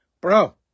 Bro